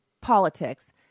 politics